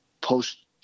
post